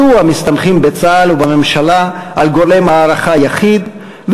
מדוע מסתמכים בצה"ל ובממשלה על גורם הערכה יחיד,